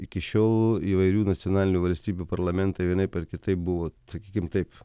iki šiol įvairių nacionalinių valstybių parlamentai vienaip ar kitaip buvo sakykime taip